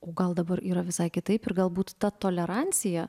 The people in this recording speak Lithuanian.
o gal dabar yra visai kitaip ir galbūt ta tolerancija